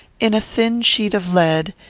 in a thin sheet of lead,